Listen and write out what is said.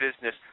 business